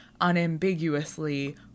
unambiguously